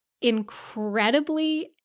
incredibly